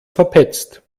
verpetzt